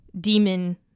demon